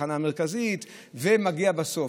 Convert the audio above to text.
התחנה המרכזית ומגיע בסוף.